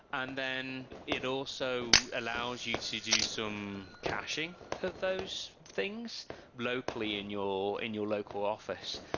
and then it also allows you to do some caching of those things locally in your in your local office.